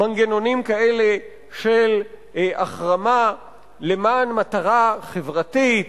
מנגנונים כאלה של החרמה למען מטרה חברתית,